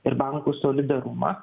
ir bankų solidarumą